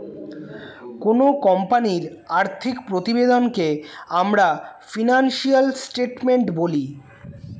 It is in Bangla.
কোনো কোম্পানির আর্থিক প্রতিবেদনকে আমরা ফিনান্সিয়াল স্টেটমেন্ট বলি